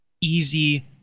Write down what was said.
easy